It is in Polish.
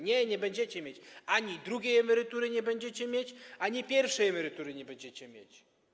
Nie, nie będziecie mieć, ani drugiej emerytury nie będziecie mieć, ani pierwszej emerytury nie będziecie mieć.